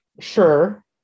sure